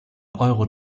euro